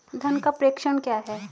धन का प्रेषण क्या है?